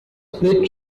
split